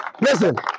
Listen